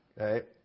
okay